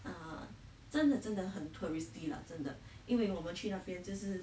err 真的真的很 touristy ah 真的因为我们去那边就是